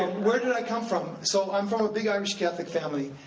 ah where did i come from? so, i'm from a big irish catholic family.